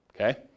okay